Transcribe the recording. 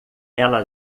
ela